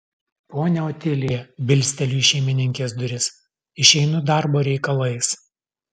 ponia otilija bilsteliu į šeimininkės duris išeinu darbo reikalais